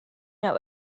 know